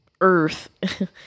earth